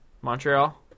Montreal